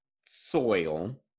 soil